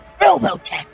Robotech